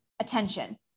attention